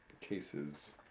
cases